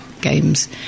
games